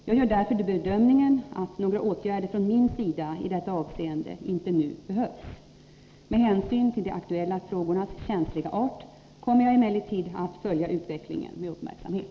Jag gör därför bedömningen att några åtgärder från min sida i detta avseende inte nu behövs. Med hänsyn till de aktuella frågornas känsliga art kommer jag emellertid att följa utvecklingen med uppmärksamhet.